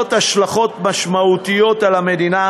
בעלות השלכות משמעותיות על המדינה,